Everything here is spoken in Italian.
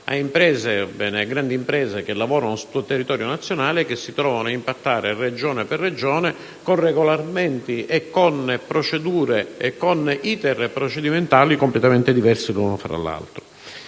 a grandi imprese, che lavorano su tutto il territorio nazionale che si trovano a impattare, Regione per Regione, con regolamenti, procedure e *iter* procedimentali completamente diversi l'uno dall'altro.